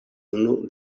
unu